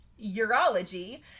Urology